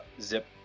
zip